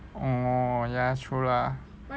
orh ya true lah